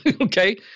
Okay